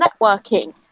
networking